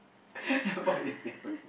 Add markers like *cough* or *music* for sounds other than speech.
*laughs* what is different